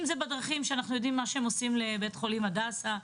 אם זה בדרכים שאנחנו יודעים מה שהם עושים לבית חולים הדסה,